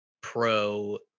pro